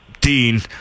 Dean